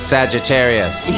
Sagittarius